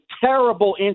terrible